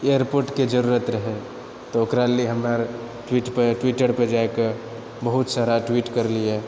एअरपोर्टके जरुरत रहै तऽ ओकरा लिअऽ हमर ट्वीटर पर जाए कऽ बहुत सारा ट्वीट करलिऐ